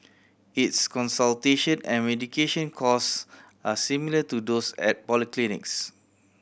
its consultation and medication cost are similar to those at polyclinics